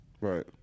Right